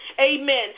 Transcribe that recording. Amen